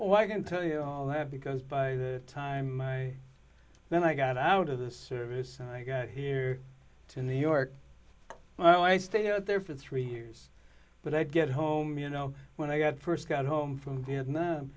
oh i can tell you all have because by the time when i got out of the service i got here to new york well i stayed there for three years but i'd get home you know when i got st got home from vietnam